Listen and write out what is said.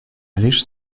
лишь